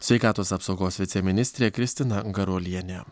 sveikatos apsaugos viceministrė kristina garuolienė